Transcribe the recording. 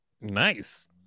Nice